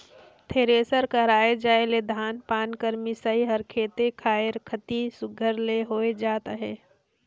thresher कर आए जाए ले धान पान कर मिसई हर खेते खाएर कती सुग्घर ले होए जात अहे